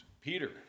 Peter